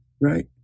right